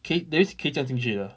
可以 that means 可以这样进去的 ah